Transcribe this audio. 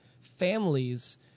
families